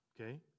okay